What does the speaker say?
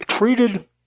Treated